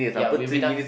ya we will be done